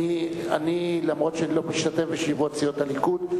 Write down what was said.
אומנם אני לא משתתף בישיבות סיעות הליכוד,